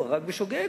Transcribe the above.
הוא הרג בשוגג,